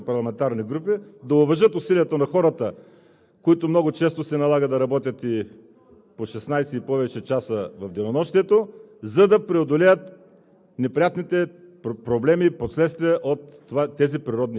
Така че аз апелирам към колегите от Народното събрание от другите парламентарни групи да уважат усилията на хората, които много често се налага да работят и по 16 и повече часа в денонощието, за да преодолеят